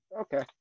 Okay